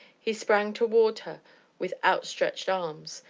he sprang toward her with outstretched arms.